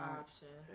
option